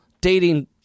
dating